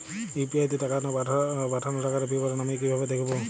UPI তে পাঠানো টাকার বিবরণ আমি কিভাবে দেখবো?